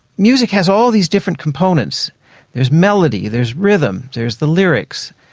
music has all these different components there's melody, there's rhythm, there's the lyrics,